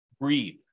Breathe